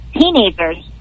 teenagers